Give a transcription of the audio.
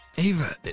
Ava